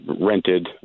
rented